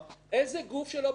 איזה גוף לא בודק אותה?